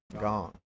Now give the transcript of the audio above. Gone